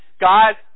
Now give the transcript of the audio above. God